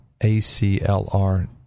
ACLR